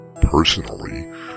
Personally